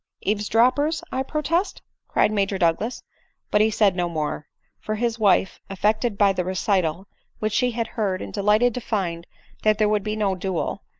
eaves drop pers, i protest, cried major douglass but he said no more for his wife, affected by the recital which she had heard, and delighted to find that there would be no duel,